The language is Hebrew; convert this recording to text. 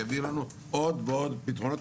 אלא שיביאו לנו עוד ועוד פתרונות.